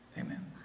Amen